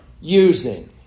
using